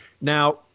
Now –